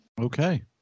Okay